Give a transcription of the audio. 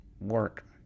work